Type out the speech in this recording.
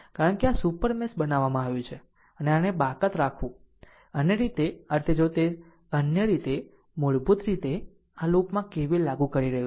કારણ કે આ સુપર મેશ બનાવવામાં આવ્યું છે અને આને બાકાત રાખવું અન્ય રીતે આ રીતે જો તે ત્યાં અન્ય રીતે મૂળભૂત રીતે આ લૂપ માં KVL લાગુ કરી રહ્યું છે